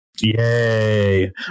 Yay